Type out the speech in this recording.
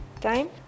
time